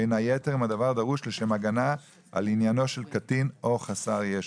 בין היתר אם הדבר דרוש לשם הגנה על עניינו של קטין או חסר ישע,